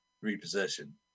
repossession